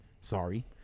Sorry